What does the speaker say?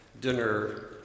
dinner